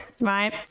right